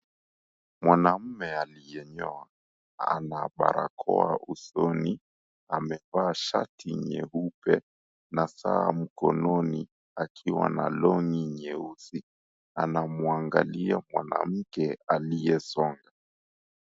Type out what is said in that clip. Mwanaume aliyenyoa, ana barakoa usoni, amevaa shati nyeupe na saa mkononi akiwa na long nyeusi. Anamwangalia mwanamke aliyesonga.